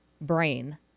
brain